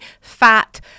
fat